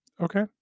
okay